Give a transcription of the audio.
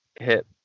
hit